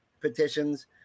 petitions